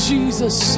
Jesus